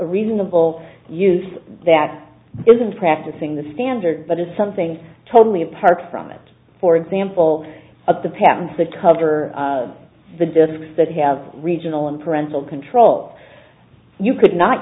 reasonable use that isn't practicing the standard but is something totally apart from it for example of the patents that cover the disks that have regional and parental control you could not